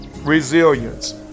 resilience